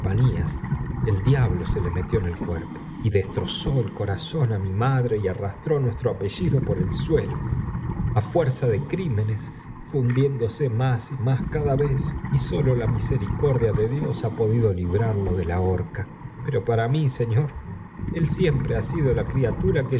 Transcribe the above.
el diablo se le metió en el cuerpo y destrozó el coraí i mi á madre y arrastró nuestro apellido por el suelo a fuerza de crímenes fué hundiéndose más y más cada vez y sólo la misericordia de líos ha podido librarlo de la horca pero para mí señor él siempre ha sido la criatura